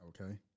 Okay